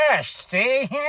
see